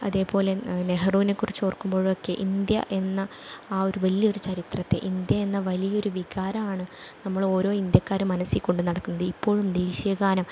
അതേപോലെ നെഹ്റുവിനെക്കുറിച്ച് ഓർക്കുമ്പോഴൊക്കെ ഇന്ത്യ എന്ന ആ ഒരു വലിയൊരു ചരിത്രത്തെ ഇന്ത്യ എന്ന വലിയൊരു വികാരമാണ് നമ്മൾ ഓരോ ഇന്ത്യക്കാരും മനസ്സിൽ കൊണ്ട് നടക്കുന്നത് ഇപ്പോഴും ദേശീയഗാനം